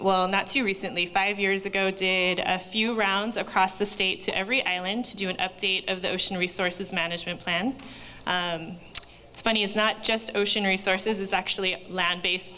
well not too recently five years ago doing a few rounds across the state to every island to do an update of the ocean resources management plan it's funny it's not just ocean resources is actually land base